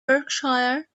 berkshire